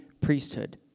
priesthood